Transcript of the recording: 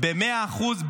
במאה אחוז,